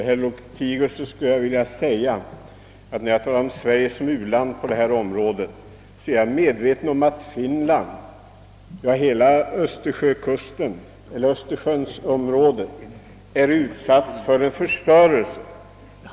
Herr talman! När jag talar om Sverige som ett u-land, herr Lothigius, är jag medveten om att Finland, ja, hela Östersjöområdet, är utsatt för förstörelse.